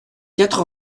quatre